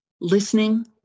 listening